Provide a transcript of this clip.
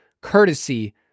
courtesy